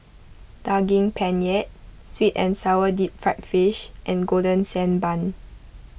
Daging Penyet Sweet and Sour Deep Fried Fish and Golden Sand Bun